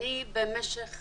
במשך